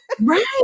right